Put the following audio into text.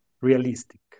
realistic